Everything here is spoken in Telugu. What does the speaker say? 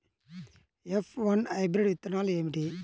ఎఫ్ వన్ హైబ్రిడ్ విత్తనాలు ఏమిటి?